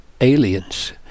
aliens